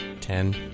Ten